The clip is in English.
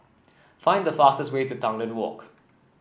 find the fastest way to Tanglin Walk